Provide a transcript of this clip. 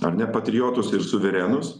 ar ne patriotus ir suverenus